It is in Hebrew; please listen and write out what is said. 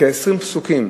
כ-20 פסוקים